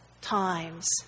times